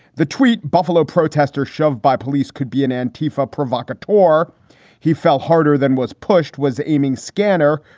the tweet buffalo protester shoved by police could be an antifa provocateur or he fell harder than was pushed was aiming scanner.